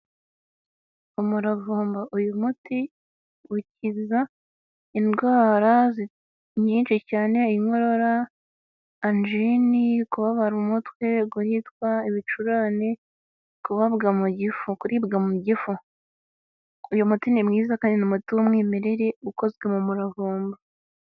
Umuravumba uyu muti ukiza indwara nyinshi cyane inkorora, anjini, kubabara umutwe, guhitwa, ibicurane, kubabwa mu gifu, kuribwa mu gifu, uyu muti ni mwiza kandi ni umuti w'umwimerere ukozwe mu muravumba.